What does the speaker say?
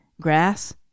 grass